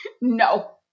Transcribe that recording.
no